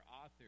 author